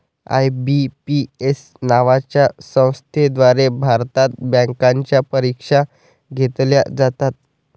IBPS नावाच्या संस्थेद्वारे भारतात बँकांच्या परीक्षा घेतल्या जातात